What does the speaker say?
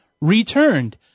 returned